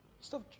stop